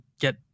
get